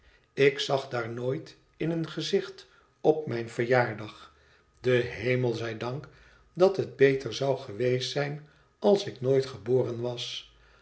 ik zag daar nooit in een gezicht op mijn verjaardag den hemel zij dank dat het beter zou geweest zijn als ik nooit geboren was